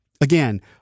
again